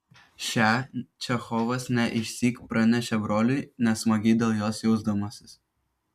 šią čechovas ne išsyk pranešė broliui nesmagiai dėl jos jausdamasis